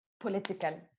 political